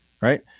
right